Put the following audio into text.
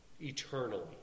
eternally